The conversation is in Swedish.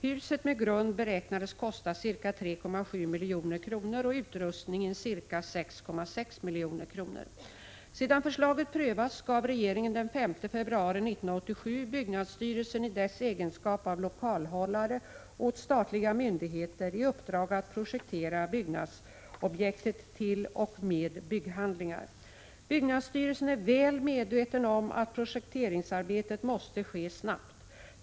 Huset med grund beräknades kosta ca 3,7 milj.kr. och utrustningen ca 6,6 milj.kr. Sedan förslaget prövats gav regeringen den 5 februari 1987 byggnadsstyrelsen i dess egenskap av lokalhållare åt statliga myndigheter i uppdrag att projektera byggnadsobjektet t.o.m. bygghandlingar. Byggnadsstyrelsen är väl medveten om att projekteringsarbetet måste ske snabbt.